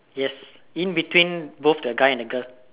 yes in between both the guy and the girl